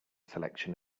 selection